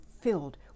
filled